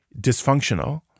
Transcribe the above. dysfunctional